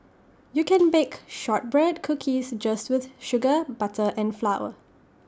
you can bake Shortbread Cookies just with sugar butter and flour